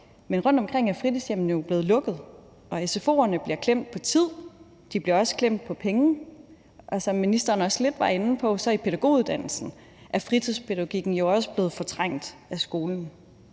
Men rundtomkring er fritidshjemmene jo blevet lukket, og sfo'erne bliver klemt på tid, og de bliver også klemt på penge. Som ministeren også lidt var inde på, er fritidspædagogikken jo i pædagoguddannelsen også blevet fortrængt af skolen.